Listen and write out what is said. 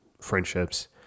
friendships